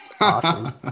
awesome